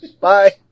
Bye